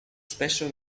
spesso